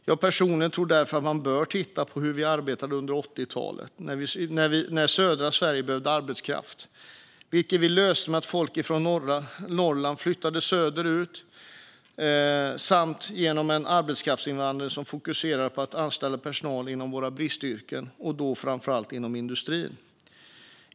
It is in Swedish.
Jag personligen tror därför att man bör titta på hur vi arbetade under 80-talet, när södra Sverige behövde arbetskraft. Vi löste det med att folk från Norrland flyttade söderut samt genom en arbetskraftsinvandring som fokuserade på att anställa personal inom våra bristyrken, och då framför allt inom industrin.